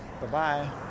Bye-bye